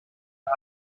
der